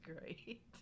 great